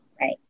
right